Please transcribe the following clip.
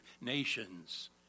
nations